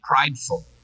prideful